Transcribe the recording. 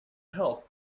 help